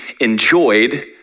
enjoyed